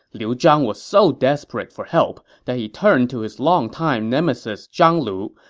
liu zhang was so desperate for help that he turned to his long-time nemesis zhang lu,